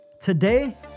Today